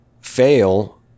fail